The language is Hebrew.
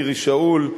מירי שאול,